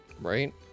right